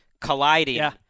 colliding